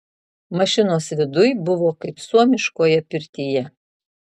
mašinos viduj buvo kaip suomiškoje pirtyje